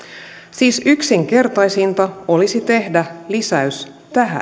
siis yksinkertaisinta olisi tehdä lisäys tähän